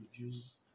reduce